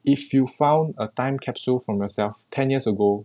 if you found a time capsule from yourself ten years ago